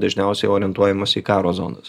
dažniausiai orientuojamasi į karo zonas